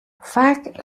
faak